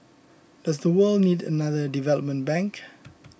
does the world need another development bank